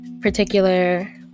particular